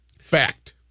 Fact